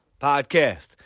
Podcast